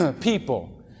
people